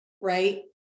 Right